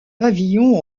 pavillon